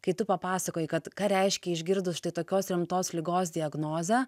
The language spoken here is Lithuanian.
kai tu papasakojai kad ką reiškia išgirdus štai tokios rimtos ligos diagnozę